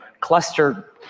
cluster